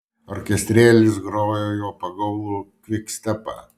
orkestrėlis grojo pagaulų kvikstepą